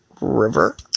River